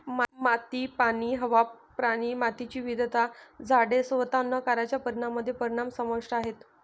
माती, पाणी, हवा, प्राणी, मातीची विविधता, झाडे, स्वतः अन्न कारच्या परिणामामध्ये परिणाम समाविष्ट आहेत